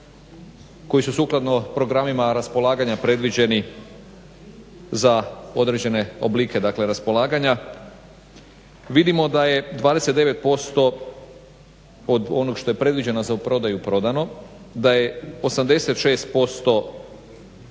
koji su sukladno programima raspolaganja predviđeni za određene oblike, dakle raspolaganja vidimo da je 29% od onog što je predviđeno za u prodaju prodano, da je 60% je dano